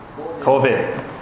COVID